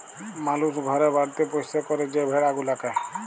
মালুস ঘরে বাড়িতে পৌষ্য ক্যরে যে ভেড়া গুলাকে